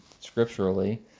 scripturally